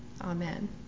Amen